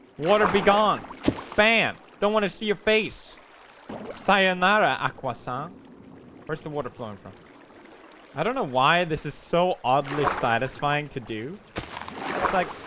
water be gone fan don't want to see your face sayonara aquos on ah first the water flowing from i don't know why this is so oddly satisfying to do it's like